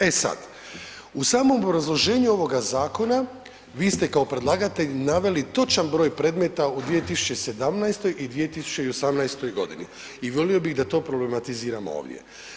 E sad, u samom obrazloženju ovoga zakona vi ste kao predlagatelj naveli točan broj predmeta u 2017. i 2018.g. i volio bih da to problematiziramo ovdje.